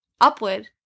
upward